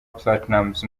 platnumz